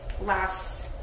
last